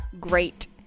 great